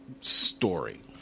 story